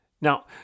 Now